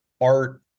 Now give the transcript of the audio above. art